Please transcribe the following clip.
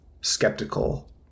skeptical